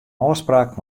ôfspraak